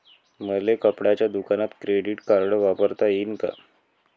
मले कपड्याच्या दुकानात क्रेडिट कार्ड वापरता येईन का?